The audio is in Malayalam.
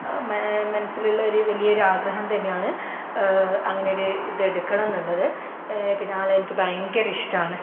മനസ്സിലുള്ള ഒരു വലിയൊരു ആഗ്രഹം തന്നെയാണ് അങ്ങനെയൊരു ഇത് എടുക്കണം എന്നുള്ളത് പിന്നെ ആളെ എനിക്ക് ഭയങ്കര ഇഷ്ടമാണ്